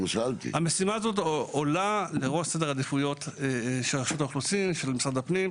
המשימה הזו עולה לראש סדר העדיפויות של רשות האוכלוסין ושל משרד הפנים,